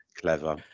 Clever